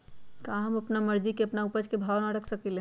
का हम अपना मर्जी से अपना उपज के भाव न रख सकींले?